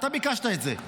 אתה ביקשת את זה.